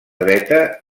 dreta